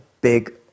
big